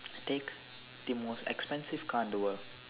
take the most expensive car in the world